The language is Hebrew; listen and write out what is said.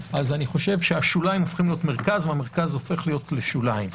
השוליים הופכים למרכז והמרכז הופך לשוליים.